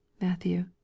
Matthew